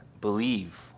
believe